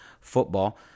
football